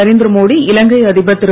நரேந்திர மோடி இலங்கை அதிபர் திரு